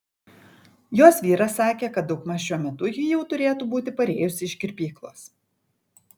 jos vyras sakė kad daugmaž šiuo metu ji jau turėtų būti parėjusi iš kirpyklos